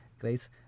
Great